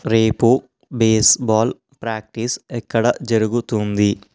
రేపు baseball practice ఎక్కడ జరుగుతుంది